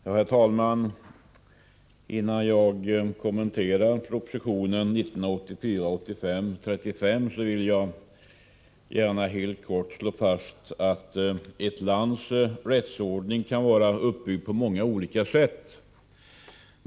Herr talman! Innan jag kommenterar proposition 1984/85:35 vill jag gärna helt kort slå fast att ett lands rättsordning kan vara uppbyggd på många olika sätt.